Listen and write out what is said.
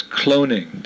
cloning